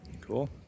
Cool